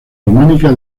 románica